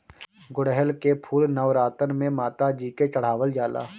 गुड़हल के फूल नवरातन में माता जी के चढ़ावल जाला